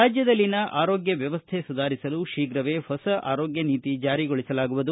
ರಾಜ್ಯದಲ್ಲಿನ ಆರೋಗ್ಯ ವ್ಯವಸ್ಥೆ ಸುಧಾರಿಸಲು ಶೀಘವೆ ಹೊಸ ಆರೋಗ್ಯ ನೀತಿ ಜಾರಿ ಮಾಡಲಾಗುವುದು